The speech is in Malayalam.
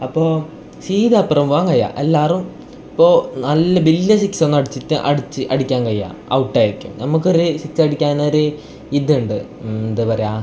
അപ്പോൾ സീദ അപ്പുറം പോവാൻ കഴിയുക എല്ലാവരും ഇപ്പോൾ നല്ല വലിയ സിക്സ് ഒന്ന് അടിച്ചിട്ട് അടിച്ച് അടിക്കാൻ കഴിയുക ഔട്ട് ആയിരിക്കും നമുക്കൊരു സിക്സ് അടിക്കാൻ ഒരു ഇതുണ്ട് എന്താണ് പറയുക